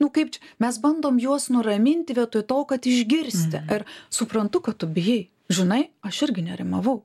nu kaip čia mes bandom juos nuraminti vietoj to kad išgirsti ir suprantu kad tu bijai žinai aš irgi nerimavau